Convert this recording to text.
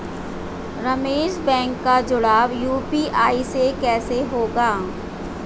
Ramesh bank का जुड़ाव UPI से कैसे होगा?